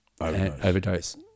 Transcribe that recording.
overdose